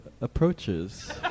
approaches